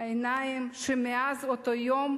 עיניים שמאז אותו יום